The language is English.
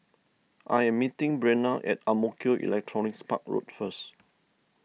I am meeting Breanna at Ang Mo Kio Electronics Park Road first